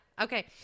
Okay